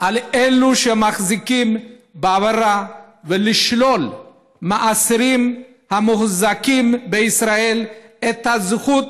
על אלו שמחזיקים באברה ולשלול מהאסירים המוחזקים בישראל את הזכות